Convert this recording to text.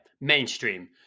Mainstream